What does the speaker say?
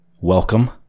Welcome